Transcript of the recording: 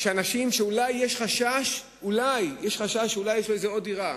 אנשים שיש חשש שאולי יש להם עוד דירה,